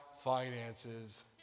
finances